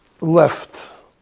left